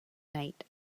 night